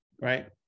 right